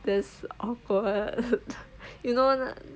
that's awkward you know